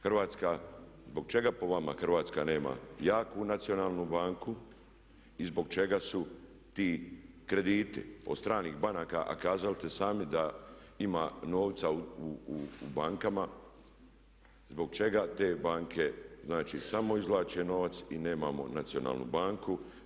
Hrvatska, zbog čega po vama Hrvatska nema jaku nacionalnu banku i zbog čega su ti krediti od stranih banaka a kazali ste sami da ima novca u bankama, zbog čega te banke, znači samo izvlače novac i nemamo nacionalnu banku?